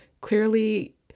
Clearly